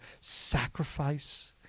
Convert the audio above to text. sacrifice